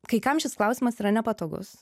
kai kam šis klausimas yra nepatogus